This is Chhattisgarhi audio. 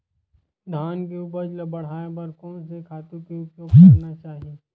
धान के उपज ल बढ़ाये बर कोन से खातु के उपयोग करना चाही?